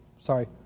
Sorry